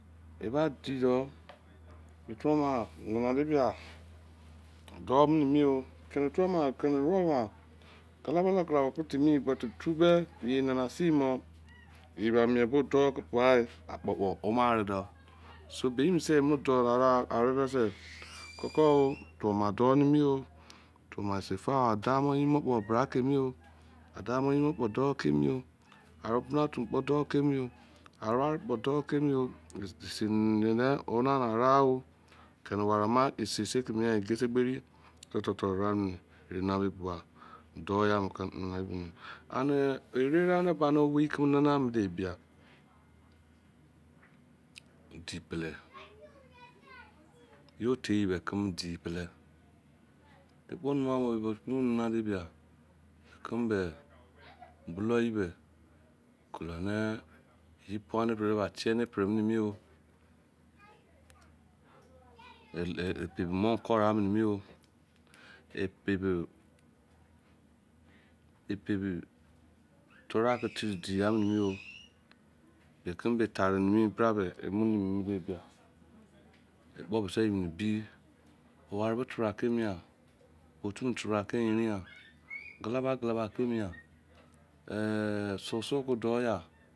Ibadidou metubama gallagalaga ke timi but tumeen yenanasemon yenana day kpoo boaa akpoke omarede so benmon se imodau are desekoko oo ikpoana adoniyoo adamou yin mon kpoo daukemieeoo aretua tukpo doukemon anebena otukpoo doukemie oo keneware aman isesetimighan anewe are arou owekame nana boudiaa dipelle yotebo kemedipellee ikpoo nimanseye menkemen nananeseyaa bulou eyebou epebimon kureamo epebiturake tudiamenegoo epebi mon kure yaa niyoo menkenbe tare niebrameen ekpoo meae yeem bee warebo tebra keimian botubo tebra keyinran susukedouyaa